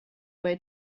way